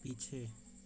पीछे